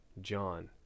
John